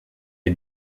est